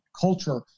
culture